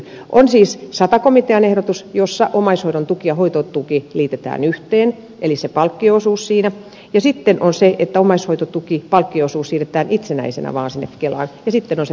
on siis sata komitean ehdotus jossa omaishoidon tuki ja hoitotuki liitetään yhteen eli se palkkio osuus siinä ja sitten on se että omaishoidon tuen palkkio osuus siirretään itsenäisenä kelaan ja sitten on se kuntamalli